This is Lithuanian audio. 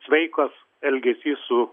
sveikas elgesys su